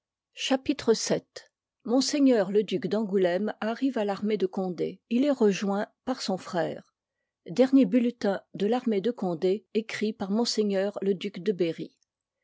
chapitre vil mê le duc d'ângouléme arr'we à v armée de condé y il est rejoint par son frère dernier bulletin de v armée de condé écrit par m le duc de berrj